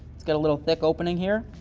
it's got a little thick opening here,